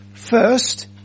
first